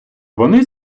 вони